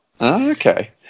Okay